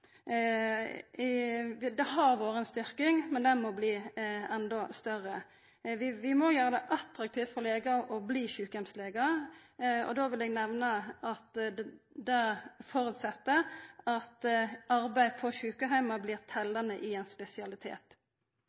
gjeld sjukeheimar. Det har vore ei styrking, men ho må bli enda større. Vi må gjera det attraktivt for legar å bli sjukeheimslegar. Då vil eg nemna at det set som vilkår at arbeid på sjukeheimar blir rekna som spesialisering. Det er mange forskjellige forslag i